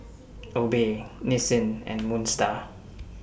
Obey Nissin and Moon STAR